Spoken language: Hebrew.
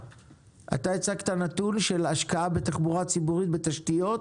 הצגת נתון של השקעה בתחבורה ציבורית, בתשתיות,